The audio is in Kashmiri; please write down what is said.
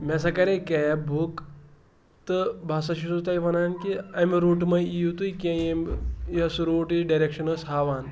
مےٚ ہَسا کرے کیٚب بُک تہٕ بہٕ ہَسا چھُسو تۅہہِ وَنان کہِ اَمہِ روٗٹہٕ ما یِیِو تُہۍ کیٚنٛہہ ییٚمہِ یۅس روٗٹ یہِ ڈیریکشن ٲسۍ ہاوان